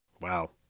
wow